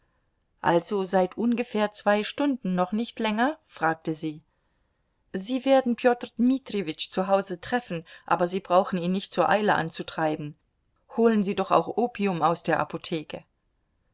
also seit ungefähr zwei stunden noch nicht länger fragte sie sie werden peter dmitrijewitsch zu hause treffen aber sie brauchen ihn nicht zur eile anzutreiben holen sie doch auch opium aus der apotheke